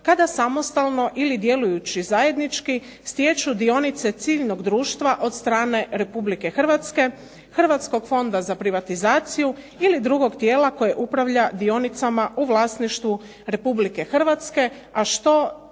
kada samostalno i djelujući zajednički stječu dionice ciljnog društva od strane Republike Hrvatske, Hrvatskog fonda za privatizaciju, ili drugog tijela koje upravlja dionicama u vlasništvu Republike Hrvatske, a što